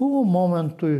buvo momentų